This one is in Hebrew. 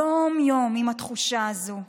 יום-יום, עם התחושה הזו.